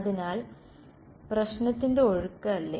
അതിനാൽ പ്രശ്നത്തിന്റെ ഒഴുക്ക് അല്ലേ